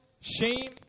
shame